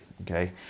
Okay